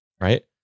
Right